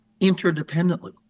interdependently